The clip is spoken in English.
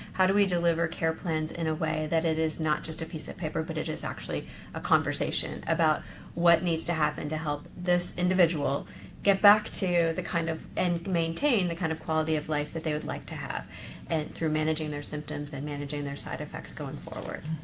how do we deliver care plans in a way that it is not just a piece of paper but it is actually a conversation about what needs to happen to help this individual get back to the kind of, and maintain the kind of quality of life that they would like to have and through managing their symptoms and managing their side effects going forward?